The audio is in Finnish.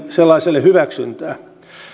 sellaiselle hyväksyntää